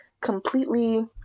completely